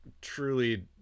Truly